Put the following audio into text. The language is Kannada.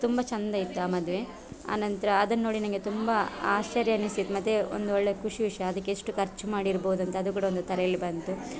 ತುಂಬ ಚಂದ ಇತ್ತು ಆ ಮದುವೆ ಆ ನಂತರ ಅದನ್ನು ನೋಡಿ ನನಗೆ ತುಂಬ ಆಶ್ಚರ್ಯ ಅನ್ನಿಸಿತು ಮತ್ತು ಒಂದು ಒಳ್ಳೆಯ ಖುಷಿ ವಿಷಯ ಅದಕ್ಕೆಷ್ಟು ಖರ್ಚ್ ಮಾಡಿರ್ಬೋದಂತ ಅದೂ ಕೂಡ ಒಂದು ತಲೇಲಿ ಬಂತು